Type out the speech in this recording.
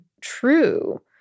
true